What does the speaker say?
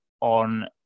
on